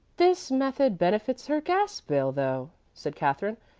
this method benefits her gas bill though, said katherine,